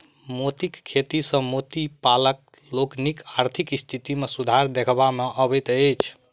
मोतीक खेती सॅ मोती पालक लोकनिक आर्थिक स्थिति मे सुधार देखबा मे अबैत अछि